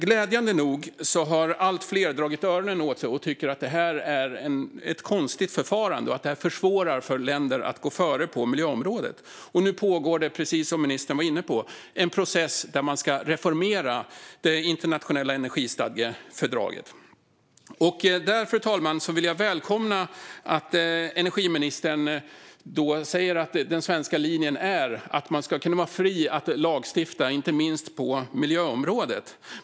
Glädjande nog har allt fler dragit öronen åt sig och tycker att detta är ett konstigt förfarande och att det försvårar för länder att gå före på miljöområdet. Nu pågår, precis som ministern var inne på, en process där man ska reformera det internationella energistadgefördraget. Jag vill välkomna, fru talman, att energiministern säger att den svenska linjen är att man ska kunna vara fri att lagstifta, inte minst på miljöområdet.